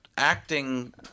acting